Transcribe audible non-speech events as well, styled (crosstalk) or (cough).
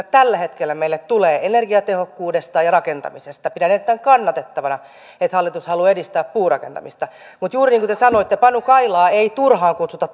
(unintelligible) tällä hetkellä meille tulee energiatehokkuudesta ja rakentamisesta pidän erittäin kannatettavana että hallitus haluaa edistää puurakentamista mutta juuri niin kuin te sanoitte panu kailaa ei turhaan kutsuta (unintelligible)